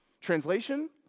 Translation